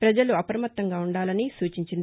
పజలు అప్రమత్తంగా ఉండాలని సూచించింది